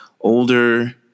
Older